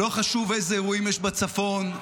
לא חשוב אילו אירועים יש בצפון,